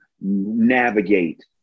navigate